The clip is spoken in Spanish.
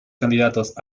candidatos